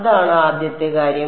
അതാണ് ആദ്യത്തെ കാര്യം